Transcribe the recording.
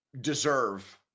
deserve